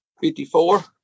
Fifty-four